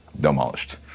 demolished